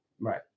Right